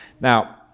Now